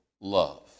love